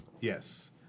yes